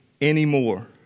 anymore